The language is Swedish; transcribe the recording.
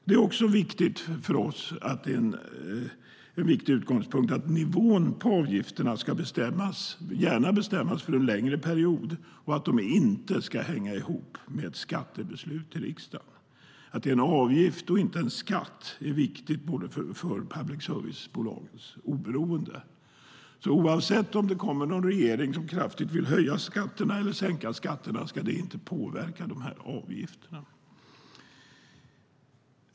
En viktig utgångspunkt för oss är att nivån på avgifterna gärna ska bestämmas för en längre period och att de inte ska hänga ihop med skattebeslut i riksdagen. Att det är fråga om en avgift och inte en skatt är viktigt för public service-bolagens oberoende. Oavsett om det tillträder en regering som kraftigt vill höja skatterna eller sänka skatterna ska det inte påverka avgifterna.